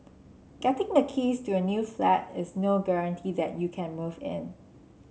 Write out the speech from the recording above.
getting the keys to a new flat is no guarantee that you can move in